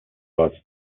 was